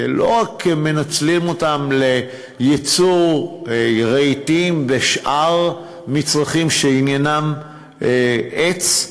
ולא מנצלים אותם רק לייצור רהיטים ושאר מצרכים שעניינם עץ.